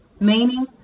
meaning